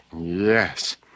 Yes